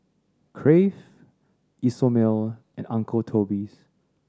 Crave Isomil and Uncle Toby's